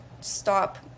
stop